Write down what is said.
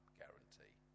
guarantee